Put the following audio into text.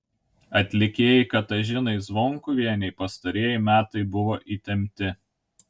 atlikėjai katažinai zvonkuvienei pastarieji metai buvo įtempti